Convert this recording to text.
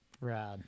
Rad